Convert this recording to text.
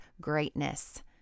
greatness